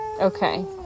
okay